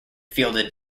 fielded